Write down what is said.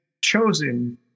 chosen